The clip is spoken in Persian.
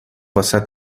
واست